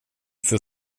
får